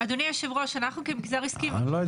ארבע שנים נראה